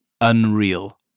unreal